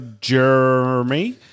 Jeremy